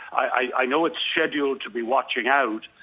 i know it's scheduled to be watching out,